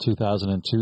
2002